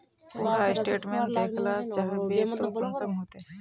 पूरा स्टेटमेंट देखला चाहबे तो कुंसम होते?